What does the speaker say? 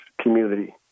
community